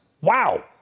Wow